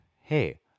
hey